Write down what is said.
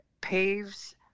paves